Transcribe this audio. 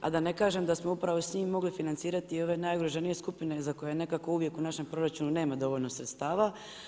A da ne kažem da smo upravo s njim mogli financirati i ove najugroženije skupine za koje nekako uvijek u našem proračunu nema dovoljno sredstava.